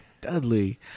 Dudley